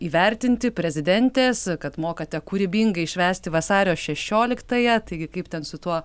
įvertinti prezidentės kad mokate kūrybingai švęsti vasario šešioliktąją taigi kaip ten su tuo